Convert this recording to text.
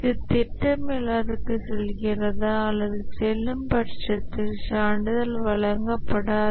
இது திட்ட மேலாளருக்கு செல்கிறதா அவ்வாறு செல்லும் பட்சத்தில் சான்றிதழ் வழங்கப்படாது